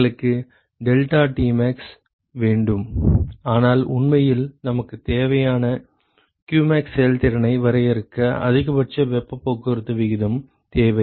எங்களுக்கு deltaTmax வேண்டும் ஆனால் உண்மையில் நமக்குத் தேவையான qmax செயல்திறனை வரையறுக்க அதிகபட்ச வெப்பப் போக்குவரத்து விகிதம் தேவை